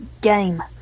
game